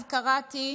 עכשיו קראתי